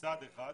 ברור, מצד אחד.